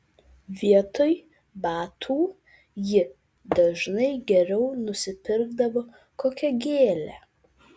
vietoj batų ji dažnai geriau nusipirkdavo kokią gėlę